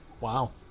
Wow